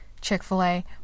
Chick-fil-A